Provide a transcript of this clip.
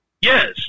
Yes